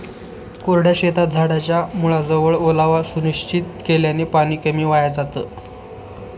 कोरड्या शेतात झाडाच्या मुळाजवळ ओलावा सुनिश्चित केल्याने पाणी कमी वाया जातं